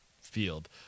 field